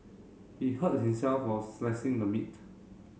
he hurt himself while slicing the meat